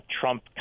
Trump